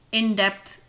in-depth